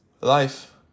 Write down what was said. life